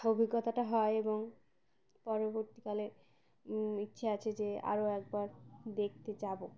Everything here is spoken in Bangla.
অভিজ্ঞতাটা হয় এবং পরবর্তীকালে ইচ্ছে আছে যে আরও একবার দেখতে যাবো